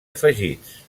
afegits